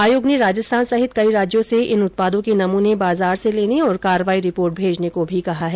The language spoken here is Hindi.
आयोग ने राजस्थान सहित कई राज्यों से इन उत्पादों के नमूने बाजार से लेने और कार्रवाई रिपोर्ट भेजने को भी कहा है